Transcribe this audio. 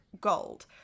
gold